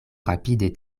rapide